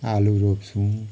आलु रोप्छौँ